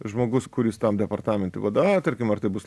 žmogus kuris tam departamentui vadovauja tarkim ar tai bus